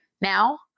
now